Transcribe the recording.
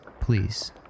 please